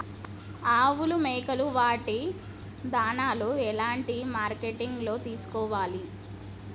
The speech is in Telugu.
ఆవులు మేకలు వాటి దాణాలు ఎలాంటి మార్కెటింగ్ లో తీసుకోవాలి?